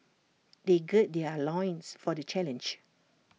they gird their loins for the challenge